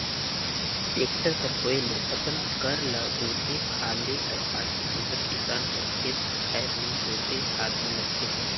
tractor कर होए ले अपन कर ल जोते फादे कर पाछू दूसर किसान कर खेत खाएर मे जोते फादे लगथे